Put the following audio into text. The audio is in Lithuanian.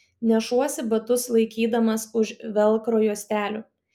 nešuosi batus laikydamas už velkro juostelių